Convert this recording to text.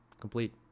Complete